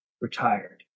Retired